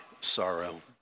sorrow